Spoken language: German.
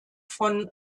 von